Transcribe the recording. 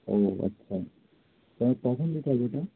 ও আচ্ছা কাল কখন দিতে হবে এটা